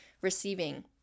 receiving